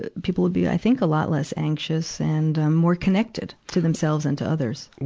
ah people would be, i think, a lot less anxious and, um, more connected to themselves and to others.